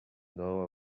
know